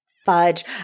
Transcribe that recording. Fudge